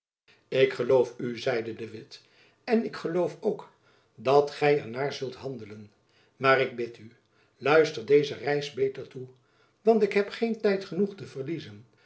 ik geloof u zeide de witt en ik geloof ook dat gy er naar zult handelen maar ik bid u luister deze reis beter toe want ik heb geen tijd genoeg te verliezen